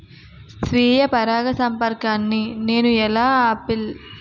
స్వీయ పరాగసంపర్కాన్ని నేను ఎలా ఆపిల్?